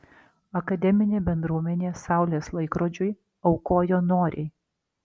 akademinė bendruomenė saulės laikrodžiui aukojo noriai